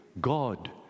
God